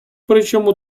причому